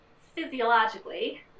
physiologically